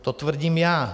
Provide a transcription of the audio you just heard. To tvrdím já.